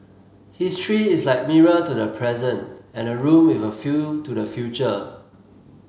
history is like mirror to the present and a room with a view to the future